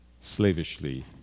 slavishly